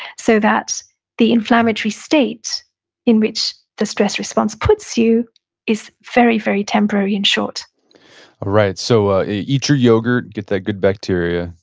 so that the inflammatory state in which the stress response puts you is very, very temporary and short all right. so ah eat your yogurt, get that good bacteria,